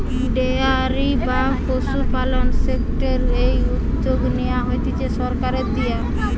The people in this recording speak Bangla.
ডেয়ারি বা পশুপালন সেক্টরের এই উদ্যগ নেয়া হতিছে সরকারের দিয়া